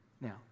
now